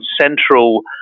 central